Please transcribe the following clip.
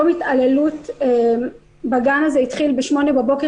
יום התעללות בגן הזה התחיל ב 08:00 בבוקר